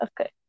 Okay